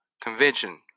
convention